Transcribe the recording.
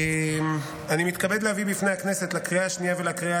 אני מתכבד להביא בפני הכנסת לקריאה השנייה ולקריאה